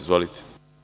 Izvolite.